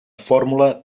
fórmula